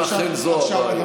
אם אכן זו הבעיה.